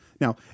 Now